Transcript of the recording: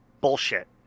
Bullshit